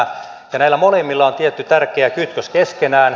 ja näillä molemmilla on tietty tärkeä kytkös keskenään